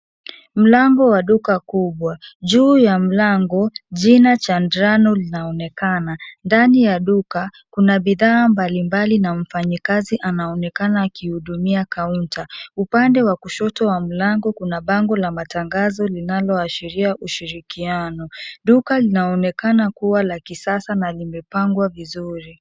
Mlango wa duka kubwa, juu ya mlango jina chandarana linaonekana. Ndani ya duka, kuna bidhaa mbalimbali na mfanyakazi anaonekana akihudumia counter . Upande wa kushoto wa mlango kuna bango la matangazo linaloashiria ushirikiano. Duka linaonekana kuwa la kisasa na limepangwa vizuri.